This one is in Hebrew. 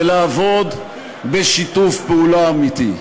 ולעבוד בשיתוף פעולה אמיתי.